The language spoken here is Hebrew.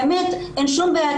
באמת אין שום בעיה.